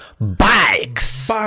BIKES